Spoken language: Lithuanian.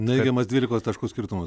neigiamas dvylikos taškų skirtumas